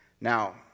Now